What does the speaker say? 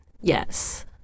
Yes